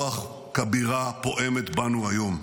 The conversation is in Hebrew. רוח כבירה פועמת בנו היום.